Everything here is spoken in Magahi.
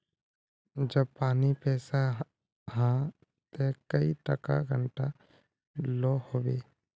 जब पानी पैसा हाँ ते कई टका घंटा लो होबे?